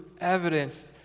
evidence